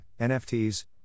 NFTs